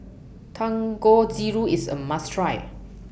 Dangojiru IS A must Try